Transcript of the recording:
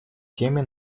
теме